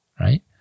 Right